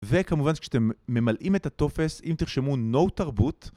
וכמובן כשאתם ממלאים את הטופס אם תרשמו NO תרבות